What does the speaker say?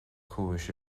cúis